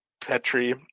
Petri